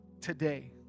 today